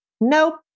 nope